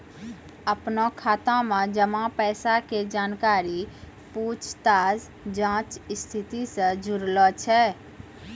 अपनो खाता मे जमा पैसा के जानकारी पूछताछ जांच स्थिति से जुड़लो छै